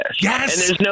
Yes